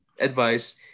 advice